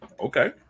Okay